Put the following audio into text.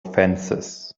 fences